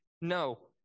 No